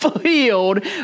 filled